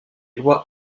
lois